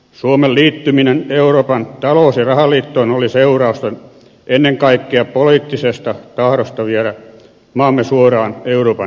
suomen liittyminen euroopan talous ja rahaliittoon oli seurausta ennen kaikkea poliittisesta tahdosta viedä maamme suoraan euroopan ytimeen